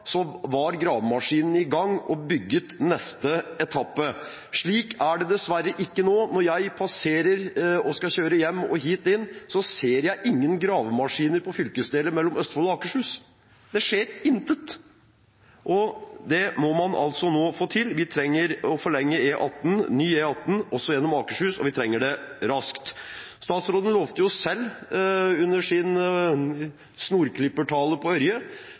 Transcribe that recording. var gravemaskinene i gang og bygget neste etappe. Slik er det dessverre ikke nå. Når jeg skal kjøre hjem, og inn hit, ser jeg ingen gravemaskiner på fylkesdelet mellom Østfold og Akershus. Det skjer intet, og det må man altså nå få til. Vi trenger å forlenge ny E18 også gjennom Akershus, og vi trenger det raskt. Statsråden lovte selv, under sin snorklippertale på